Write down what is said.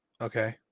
Okay